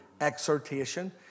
exhortation